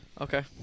Okay